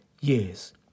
years